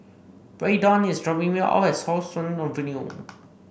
Braydon is dropping me off at How Sun Avenue